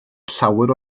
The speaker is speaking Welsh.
llawer